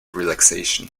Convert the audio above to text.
relaxation